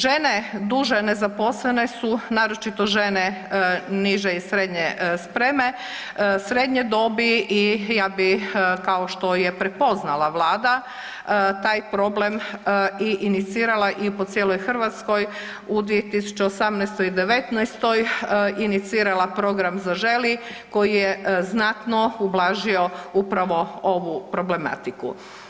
Žene duže nezaposlene su, naročito žene niže i srednje spreme, srednje dobi i ja bi kao što je prepoznala vlada, taj problem i inicirala i po cijeloj Hrvatskoj u 2018. i '19. inicirala program „Zaželi“ koji je znatno ublažio upravo ovu problematiku.